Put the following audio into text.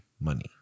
money